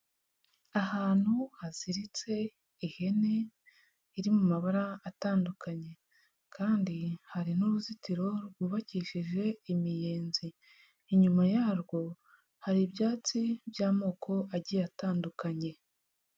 Ahantu haziritse ihene iri mu mabara atandukanye kandi hari n'uruzitiro rwubakishije imiyenzi, inyuma yarwo hari ibyatsi by'amoko agiye atandukanye.